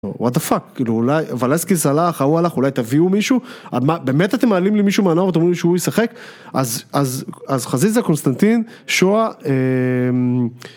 what the fuck כאילו אולי ולנסקיס הלך, ההוא הלך אולי תביאו מישהו? באמת אתם מעלים לי מישהו מהנוער אתם אומרים לי שהוא ישחק? אז אז אז חזיזה, קונסטנטין, שועה